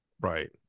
Right